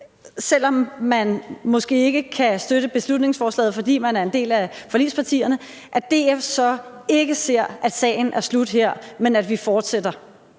selv om man måske ikke kan støtte beslutningsforslaget, fordi man er en del af forligspartierne, så ikke ser, at sagen er slut her, men at vi fortsætter.